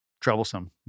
troublesome